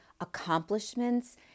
accomplishments